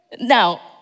Now